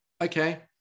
okay